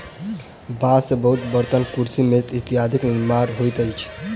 बांस से बहुत बर्तन, कुर्सी, मेज इत्यादिक निर्माण होइत अछि